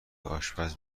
آشپز